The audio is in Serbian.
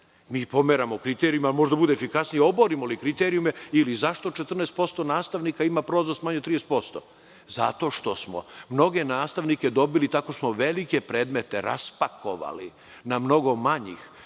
ih pomeramo kriterijumima, a može da bude efikasnije oborimo li kriterijume i zašto 14% nastavnika ima prolaznost manju od 30%? Zato što smo mnoge nastavnike dobili tako što smo velike predmete raspakovali na mnogo manji,